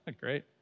Great